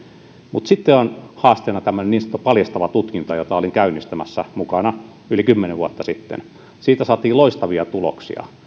mutta sitten on haasteena tämmöinen niin sanottu paljastava tutkinta jota olin mukana käynnistämässä yli kymmenen vuotta sitten siitä saatiin loistavia tuloksia